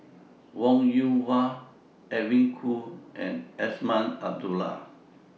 Wong Yoon Wah Edwin Koo and Azman Abdullah